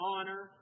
Honor